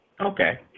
Okay